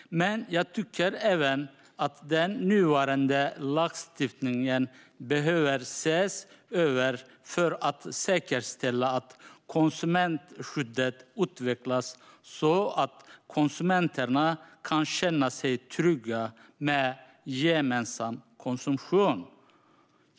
Men jag tycker även att den nuvarande lagstiftningen behöver ses över för att säkerställa att konsumentskyddet utvecklas så att konsumenterna kan känna sig trygga med gemensam konsumtion.